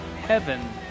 heaven